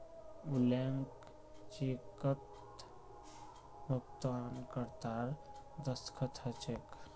blank चेकत भुगतानकर्तार दस्तख्त ह छेक